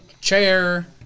chair